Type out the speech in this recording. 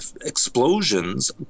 explosions